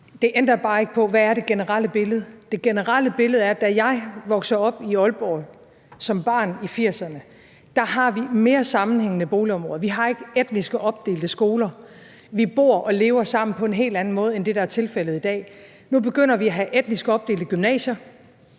Det ændrer bare ikke på, hvad det generelle billede er. Det generelle billede er, at da jeg voksede op i Aalborg som barn i 1980'erne, havde vi mere sammenhængende boligområder. Vi havde ikke etnisk opdelte skoler. Vi boede og levede sammen på en helt anden måde end det, der er tilfældet i dag. Nu begynder vi at have etnisk opdelte gymnasier,